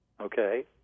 okay